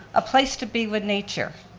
a place to be with nature,